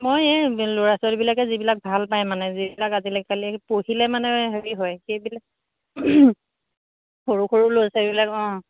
মই এই ল'ৰা ছোৱালীবিলাকে যিবিলাক ভাল পায় মানে যিবিলাক আজিকালি পঢ়িলে মানে হেৰি হয় সেইবিলাক সৰু সৰু ল'ৰা ছোৱালীবিলাক অ'